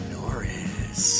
Norris